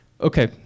Okay